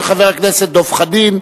של חבר הכנסת דב חנין,